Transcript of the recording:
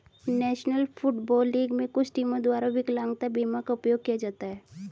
national football league में कुछ टीमों द्वारा विकलांगता बीमा का उपयोग किया जाता है